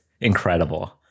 incredible